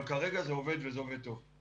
אבל כרגע זה עובד וזה עובד טוב.